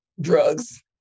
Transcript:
drugs